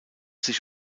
sich